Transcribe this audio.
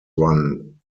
run